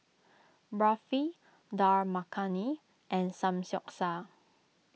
Barfi Dal Makhani and Samgyeopsal